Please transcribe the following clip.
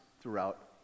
throughout